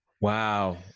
Wow